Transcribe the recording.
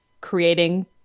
creating